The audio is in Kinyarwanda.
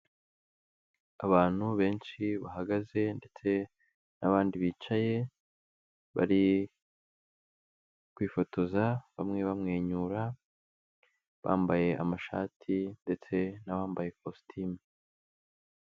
Abantu benshi bahagaze ndetse n'abandi bicaye, bari kwifotoza bamwe bamwenyura, bambaye amashati ndetse n'abambaye kositimu.